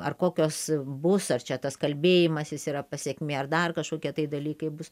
ar kokios bus ar čia tas kalbėjimasis yra pasekmė ar dar kažkokie tai dalykai bus